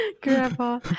grandpa